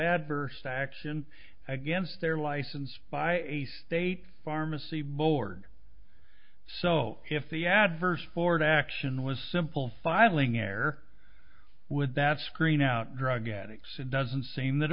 adverse action against their license by a state pharmacy board so if the adverse forward action was simple filing air would that screen out drug addicts it doesn't seem that